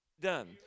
done